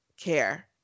care